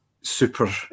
Super